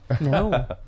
No